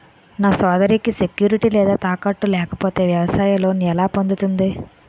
నా సోదరికి సెక్యూరిటీ లేదా తాకట్టు లేకపోతే వ్యవసాయ లోన్ ఎలా పొందుతుంది?